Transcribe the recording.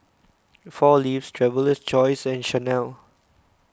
four Leaves Traveler's Choice and Chanel